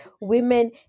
women